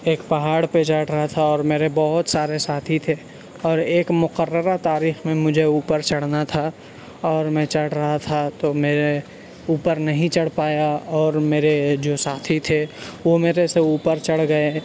ایک پہاڑ پہ چڑھ رہا تھا اور میرے بہت سارے ساتھی تھے اور ایک مقررہ تاریخ میں مجھے اوپر چڑھنا تھا اور میں چڑھ رہا تھا تو میرے اوپر نہیں چڑھ پایا اور میرے جو ساتھی تھے وہ میرے سے اوپر چڑھ گیے